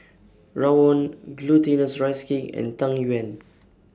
Rawon Glutinous Rice Cake and Tang Yuen